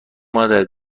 مادر